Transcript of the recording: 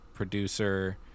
Producer